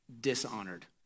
dishonored